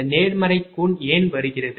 இந்த நேர்மறை கோணம் ஏன் வருகிறது